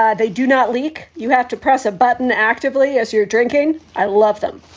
ah they do not leak. you have to press a button actively as you're drinking. i love them